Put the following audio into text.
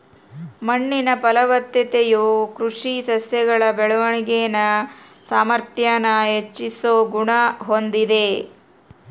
ಮಣ್ಣಿನ ಫಲವತ್ತತೆಯು ಕೃಷಿ ಸಸ್ಯಗಳ ಬೆಳವಣಿಗೆನ ಸಾಮಾರ್ಥ್ಯಾನ ಹೆಚ್ಚಿಸೋ ಗುಣ ಹೊಂದಿದೆ